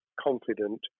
confident